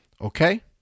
okay